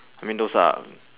I mean those are